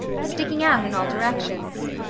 sticking out in all directions.